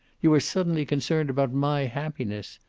you are suddenly concerned about my happiness.